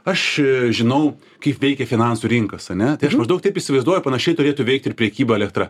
aš žinau kaip veikia finansų rinkos ane tai aš maždaug taip įsivaizduoju panašiai turėtų veikti ir prekyba elektra